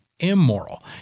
immoral